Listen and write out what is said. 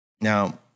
Now